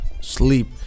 sleep